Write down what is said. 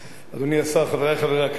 אדוני השר, חברי חברי הכנסת,